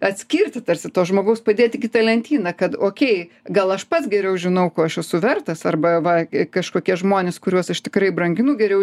atskirti tarsi to žmogaus padėt į kitą lentyną kad okei gal aš pats geriau žinau ko aš esu vertas arba va kažkokie žmonės kuriuos aš tikrai branginu geriau